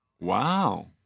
Wow